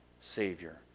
Savior